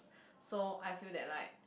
so I feel that like